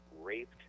raped